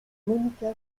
monika